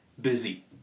Busy